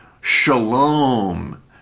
shalom